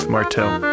Martel